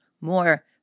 more